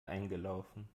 eingelaufen